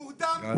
מורדם,